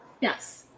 Yes